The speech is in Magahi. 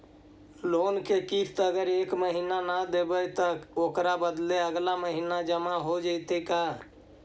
लोन के किस्त अगर एका महिना न देबै त ओकर बदले अगला महिना जमा हो जितै का?